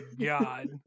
God